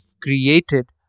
created